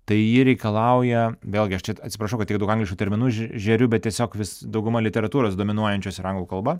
tai ji reikalauja vėlgi aš čia atsiprašau kad tiek daug angliškų terminų že žeriu bet tiesiog vis dauguma literatūros dominuojančios yra anglų kalba